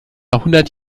hundert